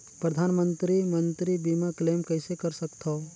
परधानमंतरी मंतरी बीमा क्लेम कइसे कर सकथव?